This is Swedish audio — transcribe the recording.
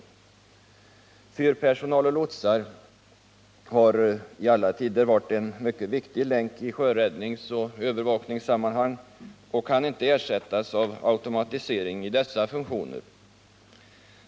Fyrpersonal och lotsar har i alla tider varit en mycket viktig länk i sjöräddningsoch övervakningssammanhang och kan inte ersättas av automatisering i dessa funktioner.